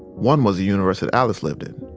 one was the universe that alice lived in,